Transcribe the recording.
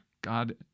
God